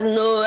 no